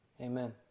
Amen